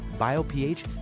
BioPH